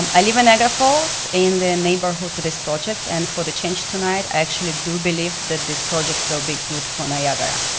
um i live in niagara falls, in the neighborhood to this project and for the change tonight, i actually do believe that this project will be good for niagara.